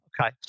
okay